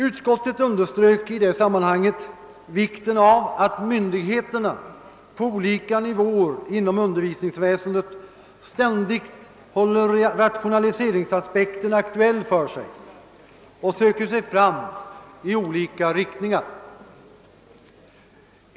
Utskottet underströk i detta sammanhang vikten av att myndigheterna på olika nivåer inom undervisningsväsendet ständigt håller rationaliseringsaspekten aktuell och söker sig fram i olika riktningar.